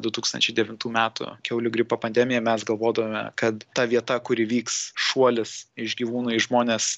du tūkstančiai devintų metų kiaulių gripo pandemiją mes galvodavome kad ta vieta kur įvyks šuolis iš gyvūno į žmones